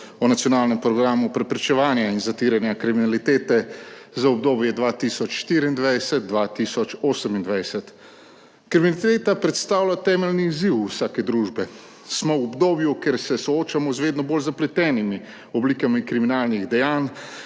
o nacionalnem programu preprečevanja in zatiranja kriminalitete za obdobje 2024–2028. Kriminaliteta predstavlja temeljni izziv vsake družbe. Smo v obdobju, kjer se soočamo z vedno bolj zapletenimi oblikami kriminalnih dejanj,